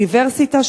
אוניברסיטה,